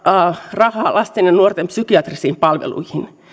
rahaa lasten ja nuorten psykiatrisiin palveluihin